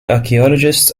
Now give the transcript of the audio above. archaeologists